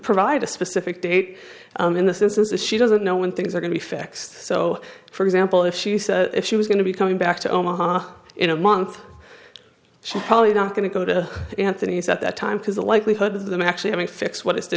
provide a specific date in this instance is she doesn't know when things are going to be fixed so for example if she said she was going to be coming back to omaha in a month she's probably not going to go to anthony's at that time because the likelihood of them actually having to fix what is